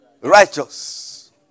righteous